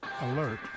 Alert